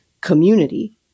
community